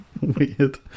Weird